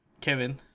Kevin